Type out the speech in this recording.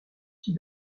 fit